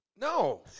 No